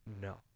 no